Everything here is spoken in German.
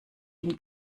ihn